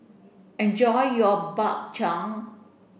enjoy your Bak Chang